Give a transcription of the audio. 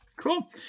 Cool